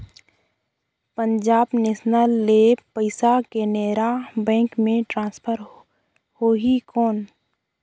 Punjab National ले पइसा Canara Bank मे ट्रांसफर होहि कौन?